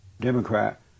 Democrat